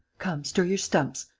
come, stir your stumps!